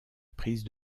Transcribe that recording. prise